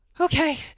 okay